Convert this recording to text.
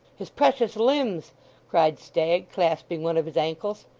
his precious limbs cried stagg, clasping one of his ankles.